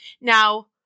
Now